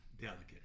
delicate